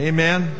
Amen